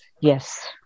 Yes